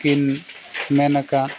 ᱠᱤᱱ ᱢᱮᱱᱟᱠᱟᱫ